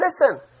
listen